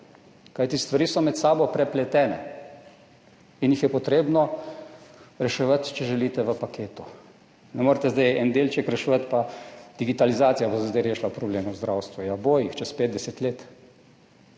Kajti stvari so med sabo prepletene in jih je potrebno reševati, če želite, v paketu. Ne morete zdaj enega delčka reševati, pa digitalizacija bo zdaj rešila problem v zdravstvu – ja, bo, čez 50 let.